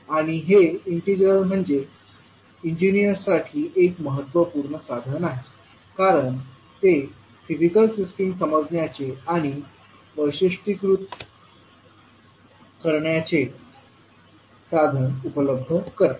आणि हे इंटिग्रल म्हणजे इंजीनियर्स साठी एक महत्त्वपूर्ण साधन आहे कारण ते फिजिकल सिस्टिम्स समजण्याचे आणि वैशिष्ट्यीकृत करण्याचे साधन उपलब्ध करते